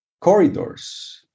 corridors